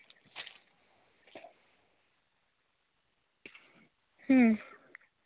ᱦᱩᱸ